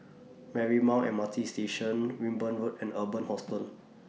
Marymount M R T Station Wimborne Road and Urban Hostel